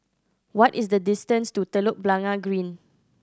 what is the distance to Telok Blangah Green